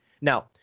Now